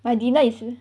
my dinner is